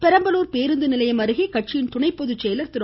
பெரம்பலூர் பேருந்துநிலையம் அருகே கட்சியின் துணை பொதுசெயலர் திரு